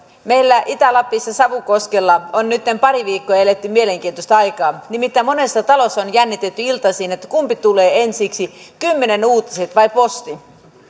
meillä itä lapissa savukoskella on nytten pari viikkoa eletty mielenkiintoista aikaa nimittäin monessa talossa on jännitetty iltaisin kumpi tulee ensiksi kymmenen uutiset vai posti